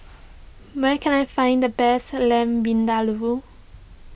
where can I find the best Lamb Vindaloo